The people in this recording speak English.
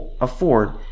afford